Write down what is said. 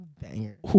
Banger